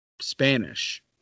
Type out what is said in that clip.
Spanish